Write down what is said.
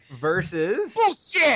Versus